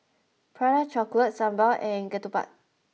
Prata Chocolate Sambal and Ketupat